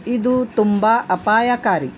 ಇದು ತುಂಬ ಅಪಾಯಕಾರಿ